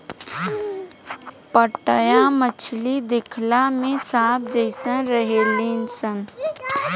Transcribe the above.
पाटया मछली देखला में सांप जेइसन रहेली सन